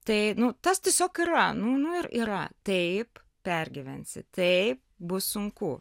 tai nu tas tiesiog yra nu ir yra taip pergyvensi taip bus sunku